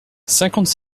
cinquante